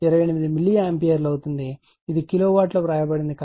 28 milliampere అవుతుంది ఇది kilowatt లో వ్రాయబడుతుంది